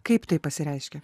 kaip tai pasireiškė